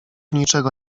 niczego